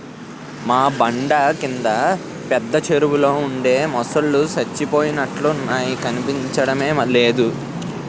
మా బండ కింద పెద్ద చెరువులో ఉండే మొసల్లు సచ్చిపోయినట్లున్నాయి కనిపించడమే లేదు